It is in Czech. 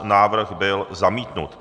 Návrh byl zamítnut.